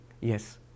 Yes